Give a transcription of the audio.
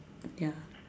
ya